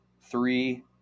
three